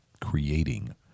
creating